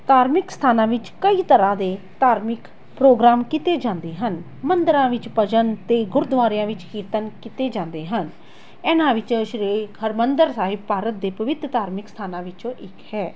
ਧਾਰਮਿਕ ਸਥਾਨਾਂ ਵਿੱਚ ਕਈ ਤਰ੍ਹਾਂ ਦੇ ਧਾਰਮਿਕ ਪ੍ਰੋਗਰਾਮ ਕੀਤੇ ਜਾਂਦੇ ਹਨ ਮੰਦਰਾਂ ਵਿੱਚ ਭਜਨ ਅਤੇ ਗੁਰਦੁਆਰਿਆਂ ਵਿੱਚ ਕੀਰਤਨ ਕੀਤੇ ਜਾਂਦੇ ਹਨ ਇਹਨਾਂ ਵਿੱਚ ਸ਼੍ਰੀ ਹਰਿਮੰਦਰ ਸਾਹਿਬ ਭਾਰਤ ਦੇ ਪਵਿੱਤਰ ਧਾਰਮਿਕ ਸਥਾਨਾਂ ਵਿੱਚੋਂ ਇੱਕ ਹੈ